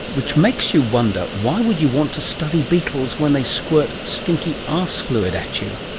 which makes you wonder why would you want to study beetles when they squirt stinky arse-fluid at you,